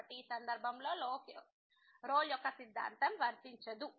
కాబట్టి ఈ సందర్భంలో రోల్ యొక్క సిద్ధాంతం వర్తించదు